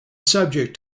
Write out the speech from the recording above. subject